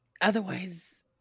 otherwise